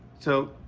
so,